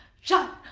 shot.